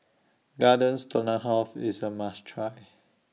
Garden Stroganoff IS A must Try